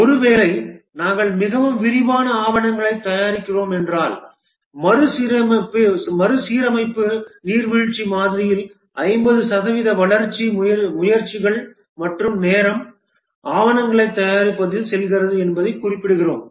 ஒருவேளை நாங்கள் மிகவும் விரிவான ஆவணங்களைத் தயாரிக்கிறோம் என்றால் மறுசீரமைப்பு நீர்வீழ்ச்சி மாதிரியில் 50 சதவிகித வளர்ச்சி முயற்சிகள் மற்றும் நேரம் ஆவணங்களைத் தயாரிப்பதில் செல்கிறது என்பதைக் குறிப்பிடுகிறோம்